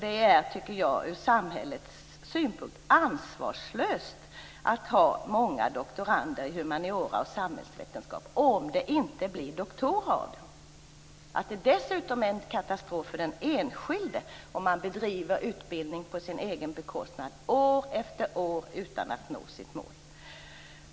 Det är ur samhällets synvinkel ansvarslöst att ha många doktorander i humaniora och samhällsvetenskap om det inte blir doktorer av dem. Det är dessutom en katastrof för den enskilde att bedriva utbildning på sin egen bekostnad år efter år utan att nå sitt mål.